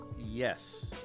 Yes